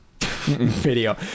video